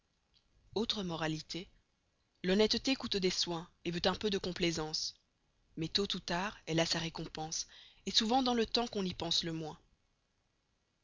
autre moralité l'honnesteté couste des soins et veut un peu de complaisance mais tost ou tard elle a sa récompense et souvent dans le temps qu'on y pense le moins